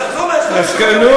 אל-אקצא, תחזור להיסטוריה, תדע.